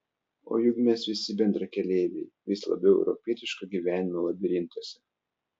o juk mes visi bendrakeleiviai vis labiau europietiško gyvenimo labirintuose